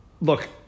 Look